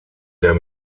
der